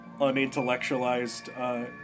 unintellectualized